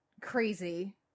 crazy